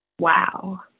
Wow